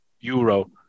euro